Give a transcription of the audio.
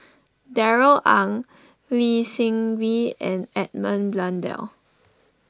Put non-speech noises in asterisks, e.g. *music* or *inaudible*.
*noise* Darrell Ang Lee Seng Wee and Edmund Blundell